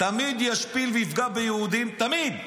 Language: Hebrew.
תמיד ישפיל ויפגע ביהודים, תמיד.